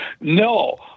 No